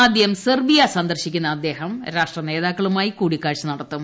ആദ്യം സെർബിയ സന്ദർശിക്കുന്ന് അദ്ദേഹം രാഷ്ട്ര നേതാക്കളുമായി കൂടിക്കാഴ്ച നടത്തും